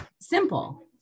simple